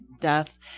death